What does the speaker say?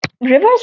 reverse